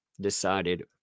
decided